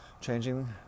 changing